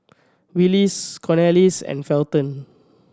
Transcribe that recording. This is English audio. Willis Cornelius and Felton